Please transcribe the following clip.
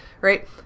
right